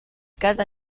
cada